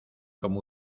como